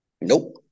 Nope